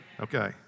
Okay